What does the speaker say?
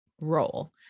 role